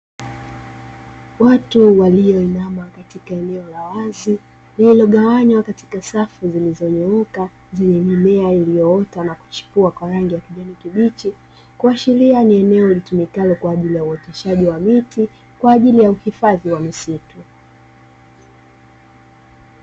Watu walioinama katika eneo la wazi, lililoganywa katika safu zilizonyooka zenye mimea iliyoota na kuchepua kwa rangi ya kijani kibichi. Kuashiria ni eneo litumikalo kwa ajili uoteshaji wa miti kwa ajili ya uhifadhi wa misitu.